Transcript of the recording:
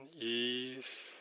ease